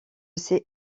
ces